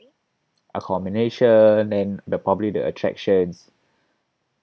accommodation and the probably the attractions